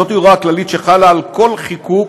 זאת הוראה כללית, שחלה על כל חיקוק.